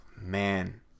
Man